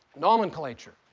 nomenclature.